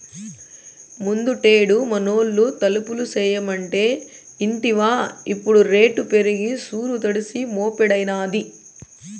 ముందుటేడు మనూళ్లో తలుపులు చేయమంటే ఇంటివా ఇప్పుడు రేటు పెరిగి సూరు తడిసి మోపెడైనాది